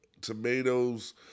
tomatoes